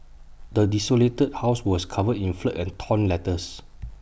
the desolated house was covered in filth and torn letters